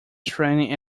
training